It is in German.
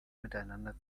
miteinander